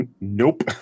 nope